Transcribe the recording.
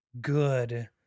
good